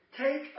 take